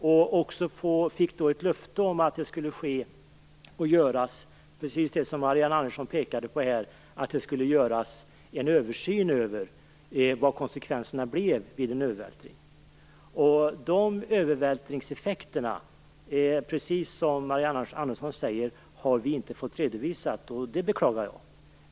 Vi fick då ett löfte om att precis det som Marianne Andersson pekade på skulle ske, dvs. en översyn över vad konsekvenserna blev vid en övervältring. Dessa övervältringseffekter har vi inte fått redovisade, precis som Marianne Andersson säger, vilket jag beklagar.